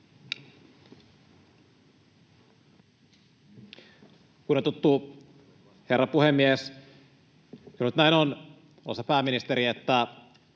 Kunnioitettu herra puhemies! Kyllä nyt näin on, arvoisa pääministeri, että